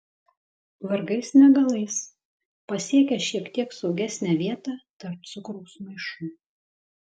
vargais negalais pasiekia šiek tiek saugesnę vietą tarp cukraus maišų